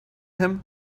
him